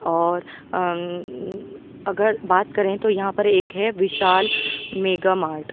اور اگر بات کریں تو یہاں پر ایک ہے وشال میگا مارٹ